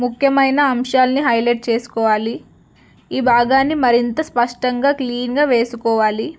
ముఖ్యమైన అంశాలని హైలైట్ చేసుకోవాలి ఈ భాగాన్ని మరింత స్పష్టంగా క్లీన్గా వేసుకోవాలి